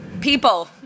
people